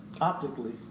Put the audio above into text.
optically